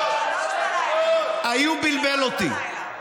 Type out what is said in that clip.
03:00. איוב בלבל אותי.